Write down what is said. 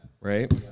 Right